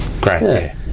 great